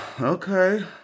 Okay